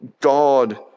God